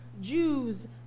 Jews